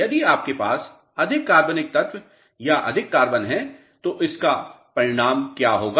यदि आपके पास अधिक कार्बनिक तत्व या अधिक कार्बन है तो इसका परिणाम क्या होगा